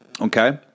okay